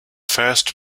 first